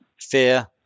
fear